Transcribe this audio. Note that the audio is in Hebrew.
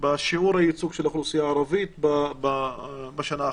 בשיעור הייצוג של האוכלוסייה הערבית בשנה האחרונה.